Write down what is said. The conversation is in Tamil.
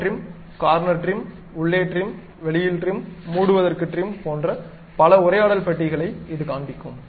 பவர் டிரிம் கார்னர் டிரிம் உள்ளே டிரிம் வெளியில் டிரிம் மூடுவதற்கு டிரிம் போன்ற பல உரையாடல் பெட்டிகளை இது காண்பிக்கும்